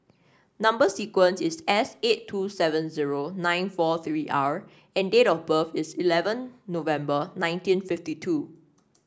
number sequence is S eight two seven zero nine four three R and date of birth is eleven November nineteen fifty two